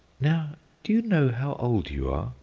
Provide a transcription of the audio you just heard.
now do you know how old you are,